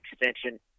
extension